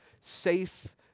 safe